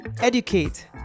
educate